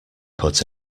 put